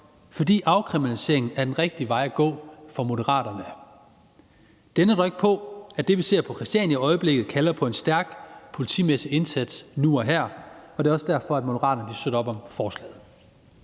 at afkriminalisering er den rigtige vej at gå. Det ændrer dog ikke på, at det, vi ser på Christiania i øjeblikket, kalder på en stærk politimæssig indsats nu og her, og det er også derfor, at Moderaterne støtter op om forslaget.